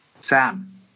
Sam